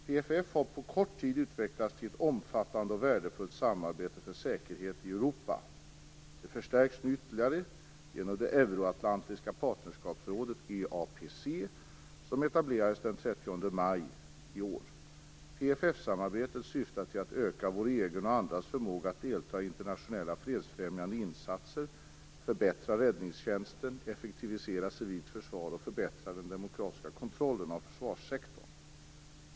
PFF har på kort tid utvecklats till ett omfattande och värdefullt samarbete för säkerhet i Europa. Det förstärks nu ytterligare genom det euro-atlantiska partnerskapsrådet, EAPC, som etablerades den 30 maj i år. PFF-samarbetet syftar till att öka vår egen och andras förmåga att delta i internationella fredsfrämjande insatser, till att förbättra räddningstjänsten, effektivisera civilt försvar och förbättra den demokratiska kontrollen av försvarssektorn.